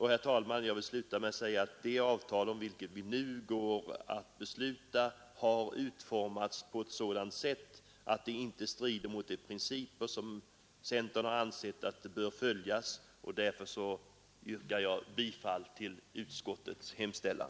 Herr talman! Jag vill sluta med att säga att det avtal, om vilket vi nu går att besluta, har utformats på ett sådant sätt, att det inte strider mot de principer som centern ansett bör följas. Därför yrkar jag bifall till utskottets hemställan.